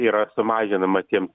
yra sumažinama tiems